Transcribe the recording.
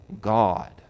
God